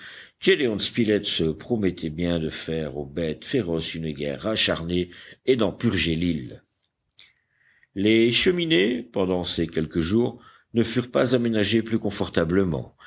spilett se promettait bien de faire aux bêtes féroces une guerre acharnée et d'en purger l'île les cheminées pendant ces quelques jours ne furent pas aménagées plus confortablement